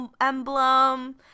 emblem